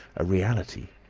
a reality.